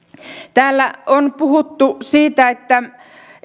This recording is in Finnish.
täällä on puhuttu siitä